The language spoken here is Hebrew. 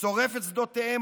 שורף את שדותיהם,